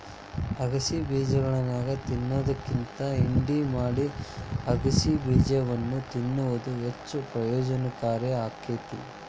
ಅಗಸೆ ಬೇಜಗಳನ್ನಾ ತಿನ್ನೋದ್ಕಿಂತ ಹಿಂಡಿ ಮಾಡಿ ಅಗಸೆಬೇಜವನ್ನು ತಿನ್ನುವುದು ಹೆಚ್ಚು ಪ್ರಯೋಜನಕಾರಿ ಆಕ್ಕೆತಿ